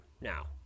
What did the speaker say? Now